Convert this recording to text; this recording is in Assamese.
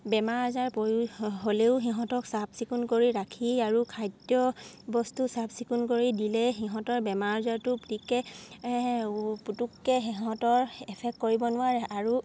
বেমাৰ আজাৰ হ'লেও সিহঁতক চাফ চিকুণ কৰি ৰাখি আৰু খাদ্য বস্তু চাফ চিকুণ কৰি দিলে সিহঁতৰ বেমাৰ আজাৰটো পিটিকৈ পটককৈ সিহঁতৰ এফেক্ট কৰিব নোৱাৰে আৰু